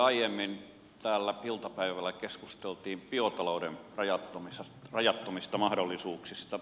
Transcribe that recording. aiemmin täällä iltapäivällä keskusteltiin biotalouden rajattomista mahdollisuuksista